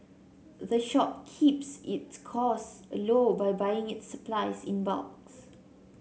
the shop keeps its cost low by buying its supplies in bulks